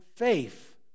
faith